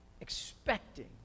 expecting